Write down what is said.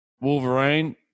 Wolverine